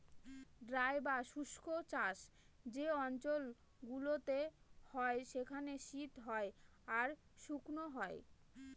dry বা শুস্ক চাষ যে অঞ্চল গুলোতে হয় সেখানে শীত হয় আর শুকনো হয়